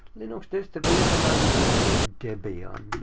linux distribution i am using is debian.